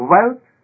Wealth